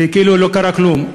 כאילו לא קרה כלום.